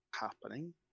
happening